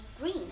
green